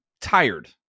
tired